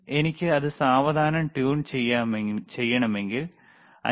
എനിക്ക് ഇത് സാവധാനം ട്യൂൺ ചെയ്യണമെങ്കിൽ 5